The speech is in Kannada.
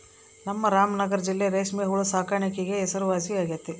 ನಮ್ ರಾಮನಗರ ಜಿಲ್ಲೆ ರೇಷ್ಮೆ ಹುಳು ಸಾಕಾಣಿಕ್ಗೆ ತುಂಬಾ ಹೆಸರುವಾಸಿಯಾಗೆತೆ